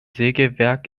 sägewerk